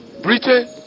Britain